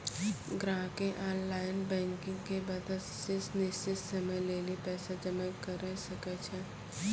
ग्राहकें online banking के मदत से निश्चित समय लेली पैसा जमा करै सकै छै